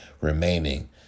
remaining